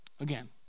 Again